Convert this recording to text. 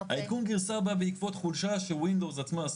העדכון גרסה בא בעקבות חולשה windows עצמה,